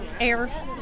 air